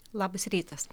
labas rytas